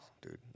dude